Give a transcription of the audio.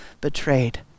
betrayed